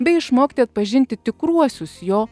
bei išmokti atpažinti tikruosius jo